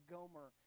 Gomer